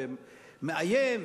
שמאיים,